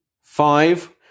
five